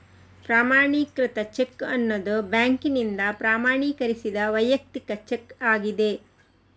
ಪ್ರಮಾಣೀಕೃತ ಚೆಕ್ ಅನ್ನುದು ಬ್ಯಾಂಕಿನಿಂದ ಪ್ರಮಾಣೀಕರಿಸಿದ ವೈಯಕ್ತಿಕ ಚೆಕ್ ಆಗಿದೆ